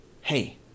Hey